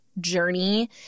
journey